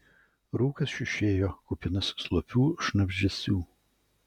rūkas šiušėjo kupinas slopių šnabždesių